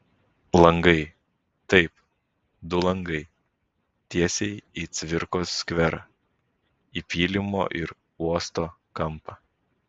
langai taip du langai tiesiai į cvirkos skverą į pylimo ir uosto kampą